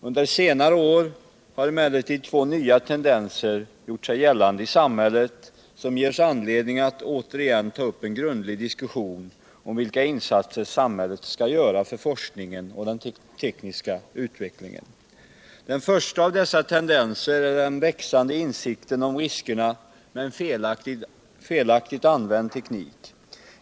Under senare år har emellertid två nya tendenser gjort sig gällande i samhället, som ger oss anledning att återigen ta upp en grundlig diskussion om vilka insatser samhället skall göra för forskningen och den tekniska utvecklingen. Den första av dessa tendenser är den växande insikten om riskerna med en felaktigt använd teknik.